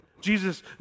Jesus